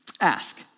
Ask